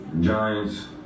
Giants